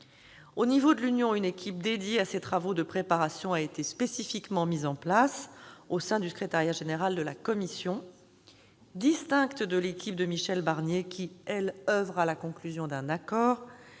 Au niveau de l'Union, une équipe dédiée à ces travaux de préparation a été spécifiquement mise en place au sein du secrétariat général de la Commission. Distincte de l'équipe de Michel Barnier, qui, elle, oeuvre à la conclusion d'un accord,